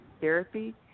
therapy